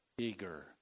eager